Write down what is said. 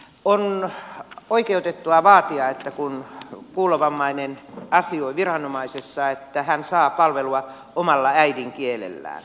on oikeutettua vaatia että kun kuulovammainen asioi viranomaisessa niin hän saa palvelua omalla äidinkielellään